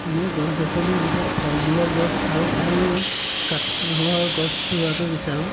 মই গছ গছনিৰ ভিতৰত ফল মূলৰ গছ আৰু ভাল কাঠৰ গছ ৰোৱাটো বিচাৰোঁ